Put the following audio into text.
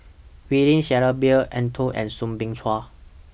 William Shellabear Eng Tow and Soo Bin Chua